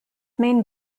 main